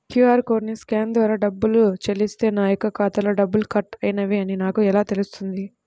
QR కోడ్ని scan ద్వారా డబ్బులు చెల్లిస్తే నా యొక్క ఖాతాలో డబ్బులు కట్ అయినవి అని నాకు ఎలా తెలుస్తుంది?